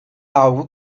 algo